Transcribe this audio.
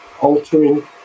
altering